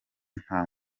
nta